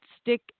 stick